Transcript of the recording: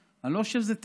אני לא חושב שזה נכון,